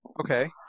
okay